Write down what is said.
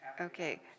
Okay